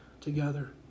together